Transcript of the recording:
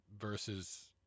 versus